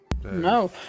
No